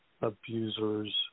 abusers